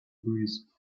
breeze